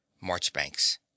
Marchbanks